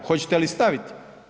Hoćete li staviti?